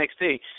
NXT